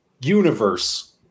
universe